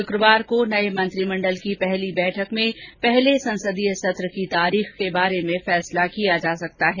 श्क्रवार को नये मंत्रिमण्डल की पहली बैठक में पहले संसदीय सत्र की तारीख के बारे में फैसला किया जा सकता है